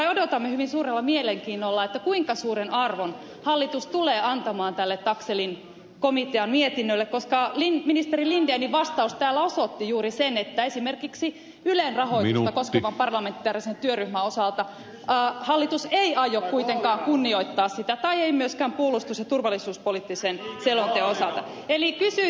odotamme hyvin suurella mielenkiinnolla kuinka suuren arvon hallitus tulee antamaan tälle taxellin komitean mietinnölle koska ministeri lindenin vastaus täällä osoitti juuri sen että esimerkiksi ylen rahoitusta koskevan parlamentaarisen työryhmän osalta hallitus ei aio kuitenkaan kunnioittaa sitä eikä myöskään puolustus ja turvallisuuspoliittisen selonteon osalta